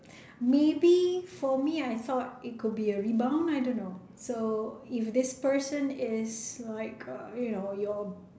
maybe for me I thought it could be a rebound I don't know so if this person is like you know your